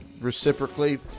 reciprocally